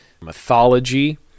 mythology